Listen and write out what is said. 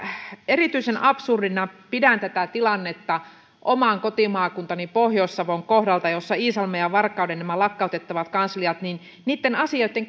erityisen absurdina pidän tätä tilannetta oman kotimaakuntani pohjois savon kohdalta jossa ovat nämä iisalmen ja varkauden lakkautettavat kansliat niitten asioitten